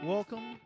Welcome